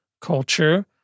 culture